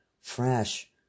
fresh